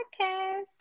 podcast